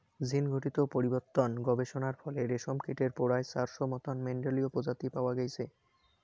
জীনঘটিত পরিবর্তন গবেষণার ফলে রেশমকীটের পরায় চারশোর মতন মেন্ডেলীয় প্রজাতি পাওয়া গেইচে